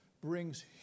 brings